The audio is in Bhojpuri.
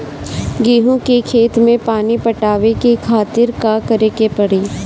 गेहूँ के खेत मे पानी पटावे के खातीर का करे के परी?